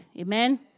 amen